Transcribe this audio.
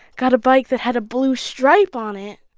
got a bike that had a blue stripe on it,